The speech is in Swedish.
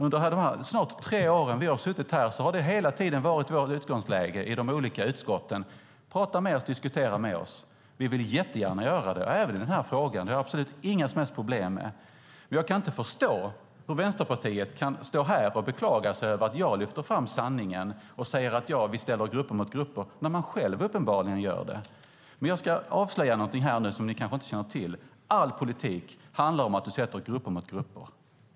Under de snart tre år vi har suttit i riksdagen har det hela tiden varit vårt utgångsläge i de olika utskotten. Prata med oss! Diskutera med oss! Vi vill jättegärna göra det, även i den här frågan. Det har jag absolut inga som helst problem med. Jag kan inte förstå hur Vänsterpartiet kan stå här och beklaga sig över att jag lyfter fram sanningen och mena att vi ställer grupper mot grupper när ni själva uppenbarligen gör det. Jag ska avslöja något som ni kanske inte känner till, nämligen att all politik handlar om att ställa grupper mot grupper.